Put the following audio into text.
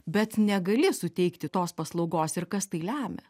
bet negali suteikti tos paslaugos ir kas tai lemia